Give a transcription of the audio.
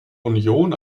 union